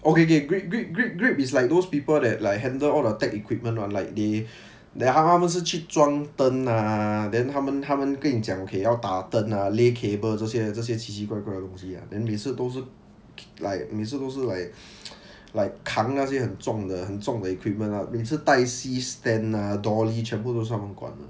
okay K grip grip grip grip is like those people that like handle all the tech equipment [one] like they then 他他们是去装灯 ah then 他们他们跟你讲 K 要打灯 ah lay cable 这些这些奇奇怪怪的东西每次都是 like 每次都是 like like 扛那些很重的很重的 equipment lah 每次带 C stand ah dolly 全部都是他们管的